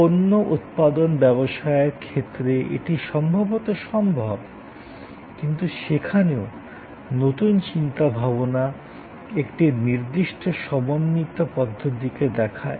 পণ্য উৎপাদন ব্যবসায়ের ক্ষেত্রে এটি সম্ভবত সম্ভব কিন্তু সেখানেও নতুন চিন্তাভাবনা একটি নির্দিষ্ট সমন্বিত পদ্ধতিকে দেখায়